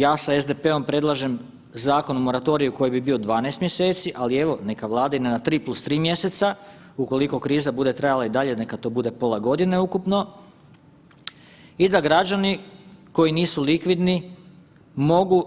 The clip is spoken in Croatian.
Ja sa SDP-om predlažem Zakon o moratoriju koji bi bio 12 mjeseci, ali evo neka vladina 3+3 mjeseca ukoliko kriza bude trajala i dalje neka to bude pola godine ukupno i da građani koji nisu likvidni mogu